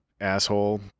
asshole